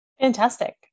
Fantastic